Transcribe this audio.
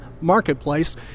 Marketplace